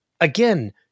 again